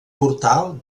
portal